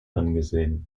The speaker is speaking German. angesehen